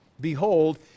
behold